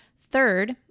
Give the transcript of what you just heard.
Third